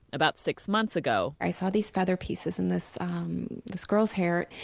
about six months ago, i saw these feather pieces in this this girl's hair.